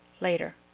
later